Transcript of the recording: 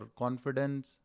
confidence